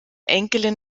enkelin